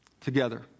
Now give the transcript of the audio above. together